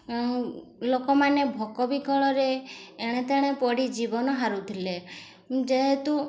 ଲୋକମାନେ ଭୋକ ବିକଳରେ ଏଣେ ତେଣେ ପଡ଼ି ଜୀବନ ହାରୁଥିଲେ ଯେହେତୁ